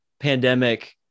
Pandemic